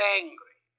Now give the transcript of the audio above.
angry